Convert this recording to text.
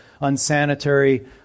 unsanitary